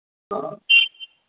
ہاں